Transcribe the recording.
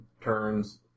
turns